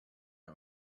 out